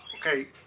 okay